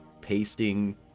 pasting